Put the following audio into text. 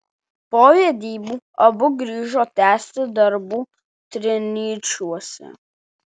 po vedybų abu grįžo tęsti darbų trinyčiuose